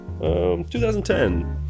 2010